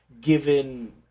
given